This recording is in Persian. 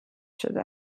شده